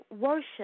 worship